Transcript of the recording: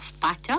butter